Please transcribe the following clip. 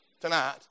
tonight